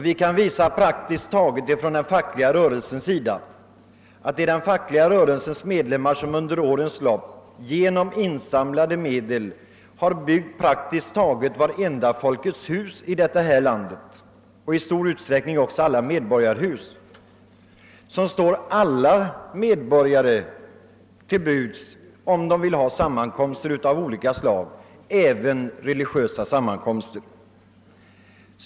Vi kan från den fackliga rörelsens sida visa, att det är den fackliga rörelsens medlemmar som under årens lopp genom insamlade medel har byggt praktiskt taget vartenda folkets hus i detta land och i stor utsträckning också alla medborgarhus, som står alla medborgare till förfogande, om de vill ha sammankomster av olika slag, även religiösa sammankomster.